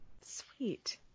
Sweet